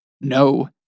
no